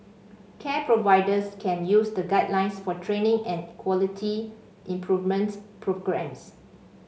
care providers can use the guidelines for training and quality improvement programmes